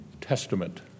Testament